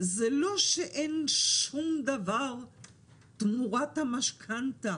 זה לא שאין שום דבר תמורת המשכנתא,